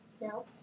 No